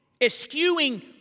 eschewing